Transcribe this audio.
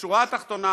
בשורה התחתונה,